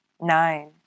Nine